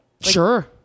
Sure